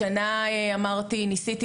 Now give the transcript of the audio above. השנה ניסיתי